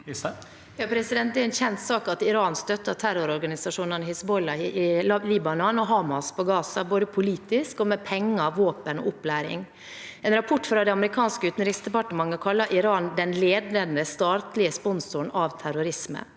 Det er en kjent sak at Iran støtter terrororganisasjonene Hizbollah i Libanon og Hamas i Gaza, både politisk og med penger, våpen og opplæring. En rapport fra det amerikanske utenriksdepartementet kaller Iran den ledende statlige sponsoren av terrorisme,